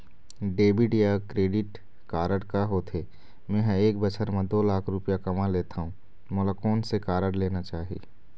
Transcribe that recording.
Debit या credit card का होथे, मे ह एक बछर म दो लाख रुपया कमा लेथव मोला कोन से कारड लेना चाही?